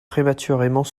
prématurément